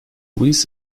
louis